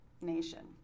nation